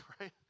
right